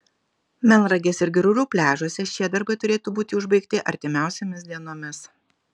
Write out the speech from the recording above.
melnragės ir girulių pliažuose šie darbai turėtų būti užbaigti artimiausiomis dienomis